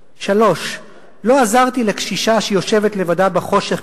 3. לא עזרתי לקשישה שיושבת לבדה בחושך,